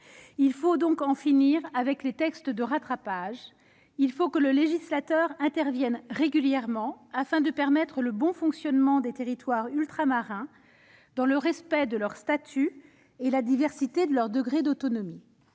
Il faut donc en finir avec les textes de rattrapage. Il faut que le législateur intervienne régulièrement, afin de permettre le bon fonctionnement des territoires ultramarins, dans le respect de leurs statuts et de la diversité de leurs degrés d'autonomie.